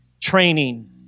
training